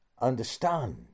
understand